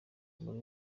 muri